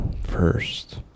first